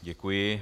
Děkuji.